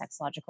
sexological